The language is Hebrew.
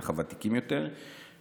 בטח הוותיקים יותר,